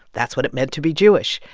that's what it meant to be jewish.